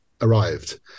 arrived